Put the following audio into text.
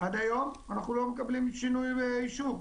עד היום אנחנו לא מקבלים שינוי באישור.